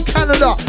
Canada